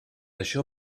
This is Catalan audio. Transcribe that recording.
això